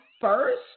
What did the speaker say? first